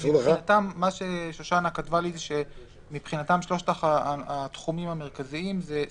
מה ששושנה כתבה לי שמבחינתם שלושת התחומים המרכזיים זה סיעוד,